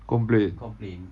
complain